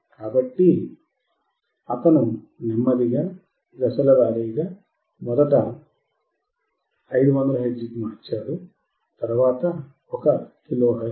కాబట్టి అతను నెమ్మదిగా దశలవారీగా మొదట 500 హెర్ట్జ్ మార్చాడు తరువాత ఒక కిలోహెర్ట్జ్